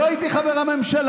לא הייתי חבר בממשלה.